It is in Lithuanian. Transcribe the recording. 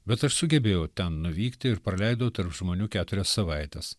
bet aš sugebėjau ten nuvykti ir praleidau tarp žmonių keturias savaites